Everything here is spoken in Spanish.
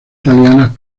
italianas